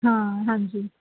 ਹਾਂ ਹਾਂਜੀ